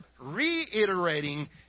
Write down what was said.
reiterating